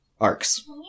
arcs